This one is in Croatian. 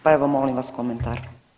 Pa evo molim vas komentar.